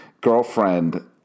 girlfriend